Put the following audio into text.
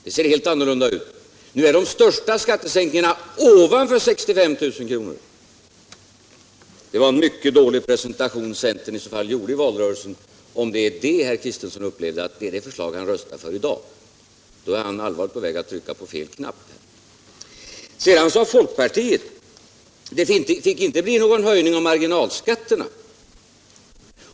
Det ser helt annorlunda ut. Nu är de största skattesänkningarna ovanför 65 000 kr. Det var en mycket dålig presentation som centern i varje fall gjorde under valrörelsen, om herr Kristiansson upplever att det är det förslaget han röstar för i dag. I så fall är han allvarligt på väg att trycka på fel knapp. Folkpartiet sade att det inte fick bli någon höjning av marginalskatterna.